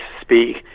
Speak